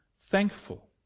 thankful